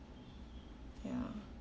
ya